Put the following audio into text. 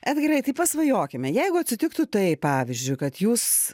edgarai tai pasvajokime jeigu atsitiktų taip pavyzdžiui kad jūs